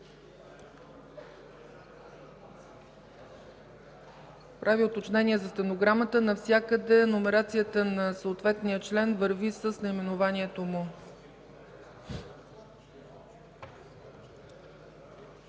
Правя уточнение за стенограмата: навсякъде номерацията на съответния член върви с наименованието му.